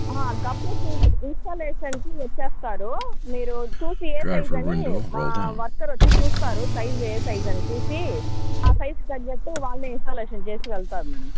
ఇన్స్టాలేషన్కి వచ్చేసాడు మీరు చూసి ఏ సైజ్ అని మా వర్కర్ వచ్చి చూస్తారు సైజు ఏ సైజు అని చూసి ఆ సైజు తగ్గట్టు వాళ్ళే ఇన్స్టాలేషన్ చేసి వెళ్తారు మేడం